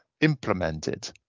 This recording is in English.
implemented